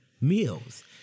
meals